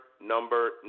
number